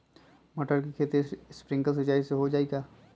मटर के खेती स्प्रिंकलर सिंचाई से हो जाई का?